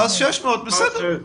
אז 600. בסדר.